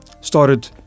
started